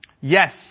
Yes